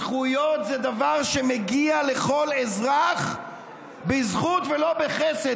זכויות זה דבר שמגיע לכל אזרח בזכות ולא בחסד,